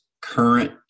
current